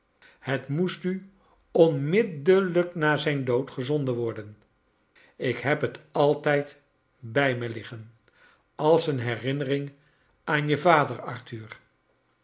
het moest u onmiddellijk na zijn dood gezonden worden ik beb het altijd brj me liggen als een herinnering aan je vader